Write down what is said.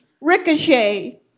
ricochet